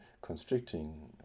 constricting